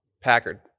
Packard